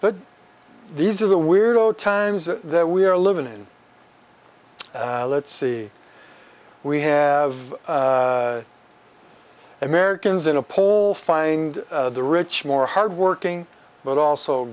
but these are the weirdo times that we're living in let's see we have americans in a poll find the rich more hardworking but also